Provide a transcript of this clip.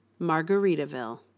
Margaritaville